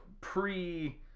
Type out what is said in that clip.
pre